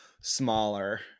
smaller